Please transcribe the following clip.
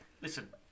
Listen